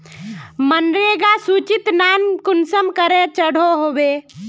मनरेगा सूचित नाम कुंसम करे चढ़ो होबे?